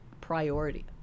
priority